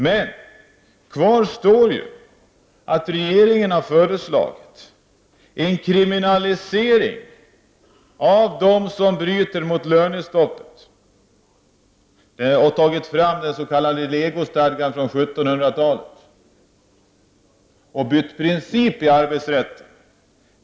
Men kvar står ändå att regeringen har föreslagit en kriminalisering av dem som bryter mot lönestoppet och att regeringen tagit fram den s.k. legostadgan från 1700-talet och bytt princip inom arbetsrätten.